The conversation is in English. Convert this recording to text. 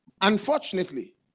unfortunately